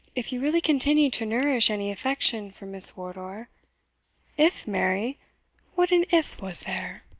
if you really continue to nourish any affection for miss wardour if, mary what an if was there!